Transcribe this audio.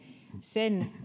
sen